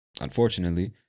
Unfortunately